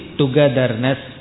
togetherness